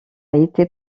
été